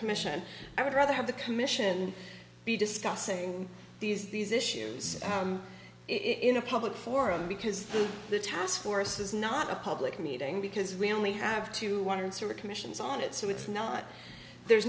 commission i would rather have the commission be discussing these these issues in a public forum because the the task force is not a public meeting because we only have to want to answer commissions on it so it's not there's